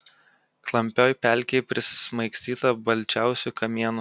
klampioj pelkėj prismaigstyta balčiausių kamienų